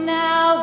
now